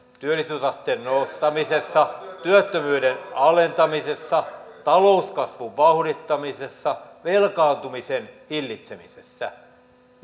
työllisyysasteen nostamisessa työttömyyden alentamisessa talouskasvun vauhdittamisessa velkaantumisen hillitsemisessä